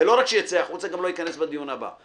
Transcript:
ולא רק שיצא החוצה, גם לא ייכנס בדיון הבא.